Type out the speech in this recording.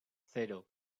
cero